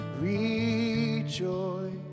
Rejoice